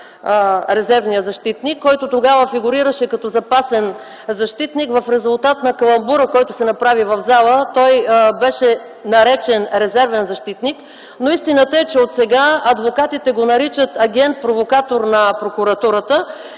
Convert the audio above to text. „резервния защитник”, който тогава фигурираше като „запасен защитник”. В резултат на каламбура, който се направи в залата, той беше наречен „резервен защитник”. Истината е, че от сега адвокатите го наричат „агент провокатор” на прокуратурата